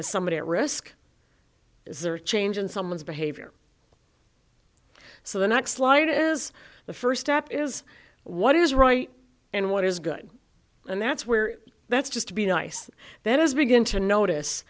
as somebody at risk is there a change in someone's behavior so the next flight is the first step is what is right and what is good and that's where that's just to be nice that is begin to notice